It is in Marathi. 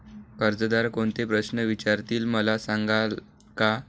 कर्जदार कोणते प्रश्न विचारतील, मला सांगाल का?